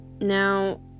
Now